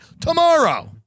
tomorrow